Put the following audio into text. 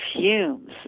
fumes